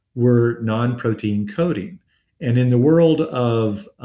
were non-protein coating and in the world of